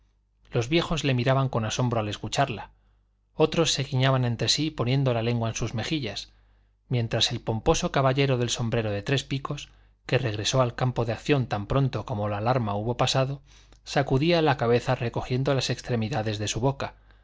los vecinos le miraban con asombro al escucharla algunos se guiñaban entre sí poniendo la lengua en sus mejillas mientras el pomposo caballero del sombrero de tres picos que regresó al campo de acción tan pronto como la alarma hubo pasado sacudía la cabeza recogiendo las extremidades de su boca